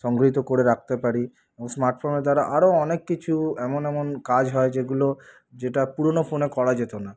সংগৃহীত করে রাখতে পারি এবং স্মার্ট ফোনের দ্বারা আরও অনেক কিছু এমন এমন কাজ হয় যেগুলো যেটা পুরোনো ফোনে করা যেতো না